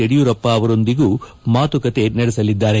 ಯಡಿಯೂರಪ್ಪ ಅವರೊಂದಿಗೂ ಮಾತುಕತೆ ನಡೆಸಲಿದ್ದಾರೆ